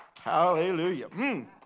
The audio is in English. Hallelujah